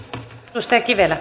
arvoisa